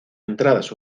entradas